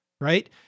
right